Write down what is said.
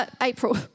April